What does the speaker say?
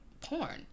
porn